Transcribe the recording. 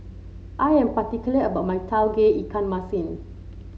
I am particular about my Tauge Ikan Masin